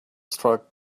struck